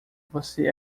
você